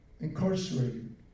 incarcerated